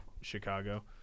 Chicago